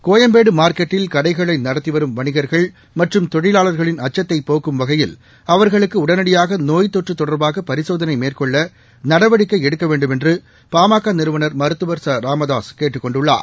கோயம்பேடு மார்க்கெட்டில் கடைகளை நடத்தி வரும் வணின்கள் மற்றும் தொழிலாளர்களின் அச்சத்தைப் போக்கும் வகையில் அவர்களுக்கு உடனடியாக நோய் தொற்று தொடர்பாக பரிசோதனை மேற்கொள்ள நடவடிக்கை எடுக்க வேண்டுமென்று பாமக நிறுவனர் மருத்துவர் ச ராமதாசு கேட்டுக் கொண்டுள்ளார்